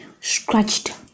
Scratched